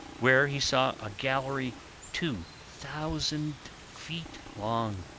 where he saw a gallery two thousand feet long,